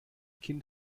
kind